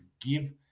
give